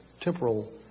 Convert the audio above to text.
temporal